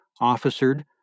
officered